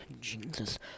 Jesus